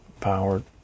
powered